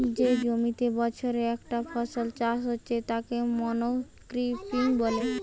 যে জমিতে বছরে একটা ফসল চাষ হচ্ছে তাকে মনোক্রপিং বলে